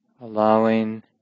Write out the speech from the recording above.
allowing